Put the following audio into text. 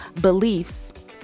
beliefs